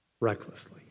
recklessly